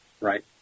right